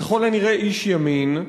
ככל הנראה איש ימין.